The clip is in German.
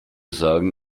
sagen